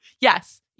Yes